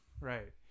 Right